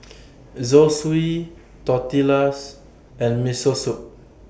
Zosui Tortillas and Miso Soup